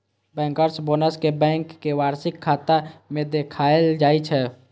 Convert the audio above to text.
bankers bonus कें bank के वार्षिक खाता मे देखाएल जाइ छै